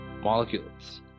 molecules